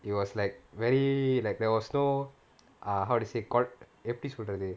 it was like very like there was no err how to say எப்படி சொல்றது:eppadi solrathu